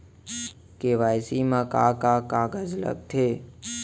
KYC मा का का कागज लगथे?